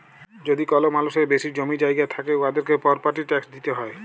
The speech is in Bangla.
যদি কল মালুসের বেশি জমি জায়গা থ্যাকে উয়াদেরকে পরপার্টি ট্যাকস দিতে হ্যয়